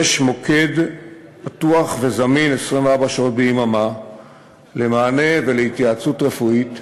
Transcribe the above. יש מוקד פתוח וזמין 24 שעות ביממה למענה ולהתייעצות רפואית,